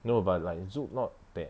no but like zouk not bad